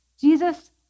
Jesus